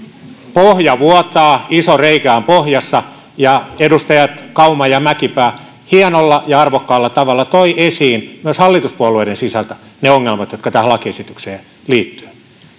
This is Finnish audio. pohja vuotaa iso reikä on pohjassa ja edustajat kauma ja mäkipää hienolla ja arvokkaalla tavalla toivat esiin myös hallituspuolueiden sisältä ne ongelmat jotka tähän lakiesitykseen